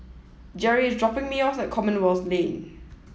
Gerri is dropping me off at Commonwealth Lane